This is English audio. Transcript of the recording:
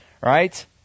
Right